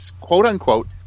quote-unquote